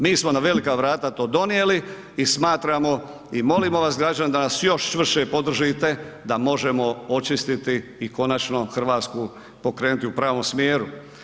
Mi smo na velika vrata to donijeli i smatramo i molim vas građani da nas još čvršće podržite da možemo očistiti i konačno Hrvatsku pokrenuti u pravom smjeru.